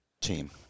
team